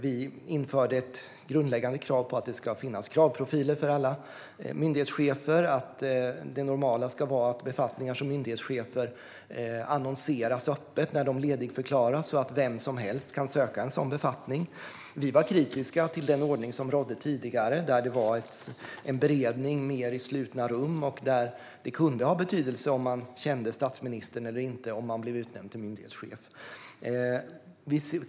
Vi införde ett grundläggande krav på att det ska finnas kravprofiler för alla myndighetschefer, att det normala ska vara att befattningar som myndighetschefer annonseras öppet när de ledigförklaras så att vem som helst kan söka en sådan befattning. Vi var kritiska till den ordning som rådde tidigare, där det var en beredning i slutna rum och där det kunde ha betydelse om man kände statsministern eller inte om man blev utnämnd till myndighetschef.